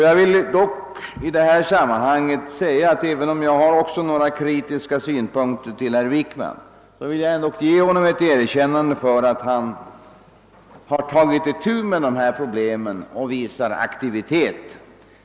Jag vill dock i detta sammanhang säga att även om jag också har några kritiska synpunkter att framföra till herr Wickman vill jag ge honom ett erkännande för att han har tagit itu med dessa problem och visat aktivitet.